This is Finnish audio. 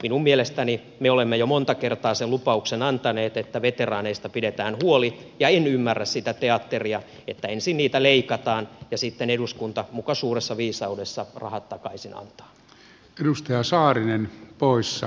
minun mielestäni me olemme jo monta kertaa sen lupauksen antaneet että veteraaneista pidetään huoli ja en ymmärrä sitä teatteria että ensin niitä leikataan ja sitten eduskunta muka suuressa viisaudessaan rahat takaisin antaa